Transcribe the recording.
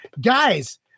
guys